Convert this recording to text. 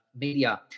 media